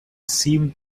seemed